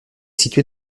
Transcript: située